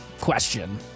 question